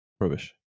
rubbish